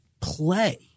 play